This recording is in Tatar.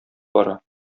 бара